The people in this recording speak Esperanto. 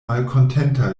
malkontenta